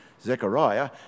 Zechariah